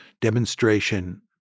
demonstration